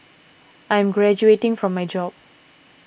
I'm graduating from my job